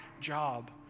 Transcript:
job